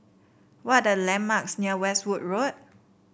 what are the landmarks near Westwood Road